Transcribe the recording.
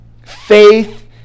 Faith